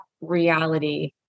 reality